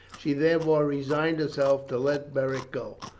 she therefore resigned herself to let beric go.